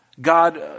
God